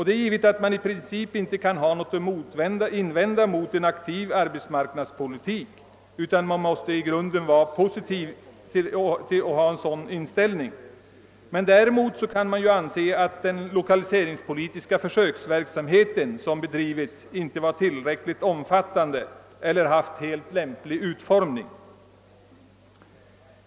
Det är givet att man i princip inte kan ha något att invända mot en aktiv arbetsmarknadspolitik utan att man i grunden har en positiv inställning till den. Däremot kan man ju anse att den lokaliseringspolitiska försöksverksamhet som bedrivits inte varit tillräckligt omfattande eller haft helt lämplig utformning.